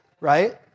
Right